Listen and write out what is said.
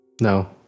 No